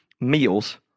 meals